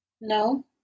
No